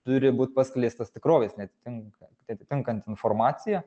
turi būt paskleistas tikrovės neatitinka neatitinkanti informacija